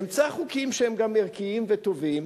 אמצא חוקים שהם גם ערכיים וטובים.